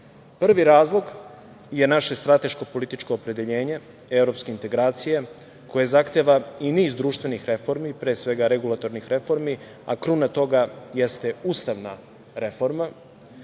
Prvi razlog je naše strateško političko opredeljenje, evropske integracije koje zahteva i niz društvenih reformi, pre svega regulatornih reformi, a kruna toga jeste ustavna reforma.